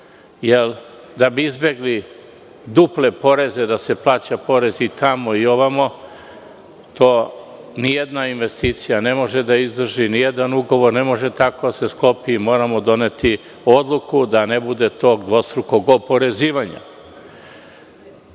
Da bi izbegli duple poreze, da se plaća porez i tamo i ovde, jer to nijedna investicija ne može da izdrži, nijedan ugovor ne može tako da se sklopi i moramo doneti odluku da ne bude tog dvostrukog oporezivanja. Nadam